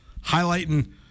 highlighting